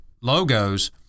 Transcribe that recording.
logos